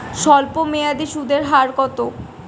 স্বল্পমেয়াদী সুদের হার কত?